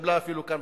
שהתקבלה אפילו כאן,